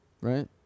right